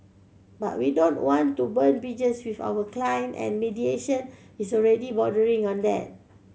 but we don't want to burn bridges with our client and mediation is already bordering on then